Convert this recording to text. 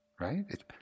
Right